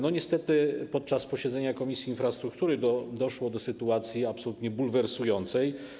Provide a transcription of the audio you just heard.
Niestety podczas posiedzenia Komisji Infrastruktury doszło do sytuacji absolutnie bulwersującej.